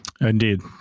Indeed